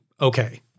Okay